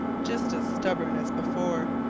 just as stubborn as before.